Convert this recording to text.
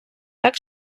так